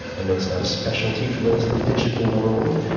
i know it's not a specialty for those in the digital world,